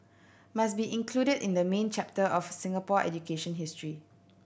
must be included in the main chapter of Singapore education history